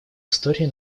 истории